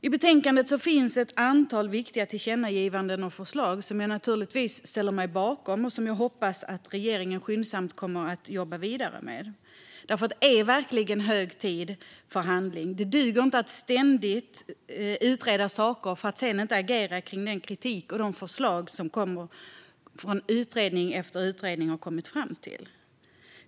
I betänkandet finns ett antal viktiga tillkännagivanden och förslag som jag naturligtvis ställer mig bakom och som jag hoppas att regeringen skyndsamt kommer att jobba vidare med. Det är verkligen hög tid för handling. Det duger inte att ständigt utreda saker för att sedan inte agera på den kritik och de förslag som utredning efter utredning kommit fram till.